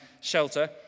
shelter